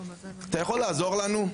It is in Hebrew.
אתה יכול לעזור לנו?